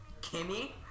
Kimmy